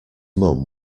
mum